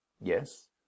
Yes